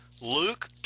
Luke